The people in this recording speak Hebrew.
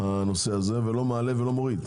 הוא לא מעלה ולא מוריד.